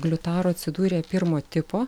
gliutaro acidurija pirmo tipo